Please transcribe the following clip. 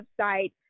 website